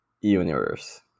universe